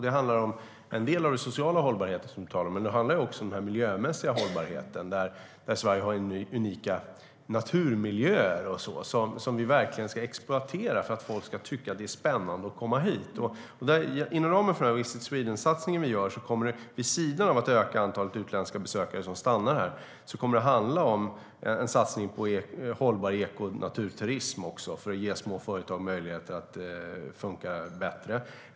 Det handlar om den sociala hållbarheten, men det handlar också om den miljömässiga hållbarheten där Sverige har unika naturmiljöer som vi verkligen ska exploatera för att folk ska tycka att det är spännande att komma hit. Inom ramen för den Visit Sweden-satsning som vi gör kommer det att handla om, vid sidan av att öka antalet utländska besökare som stannar här, en satsning på hållbar eko och naturturism för att ge små företag möjligheter att funka bättre.